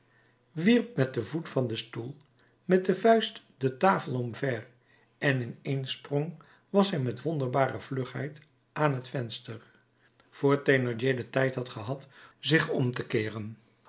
wierp met den voet den stoel met de vuist de tafel omver en in één sprong was hij met wonderbare vlugheid aan het venster vr thénardier den tijd had gehad zich om te keeren